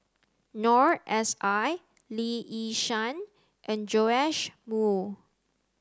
Noor S I Lee Yi Shyan and Joash Moo